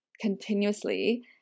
Continuously